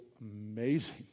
amazing